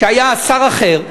כשהיה אז שר אחר,